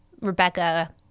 Rebecca